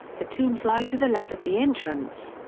the tombs lie to the left of the entrance.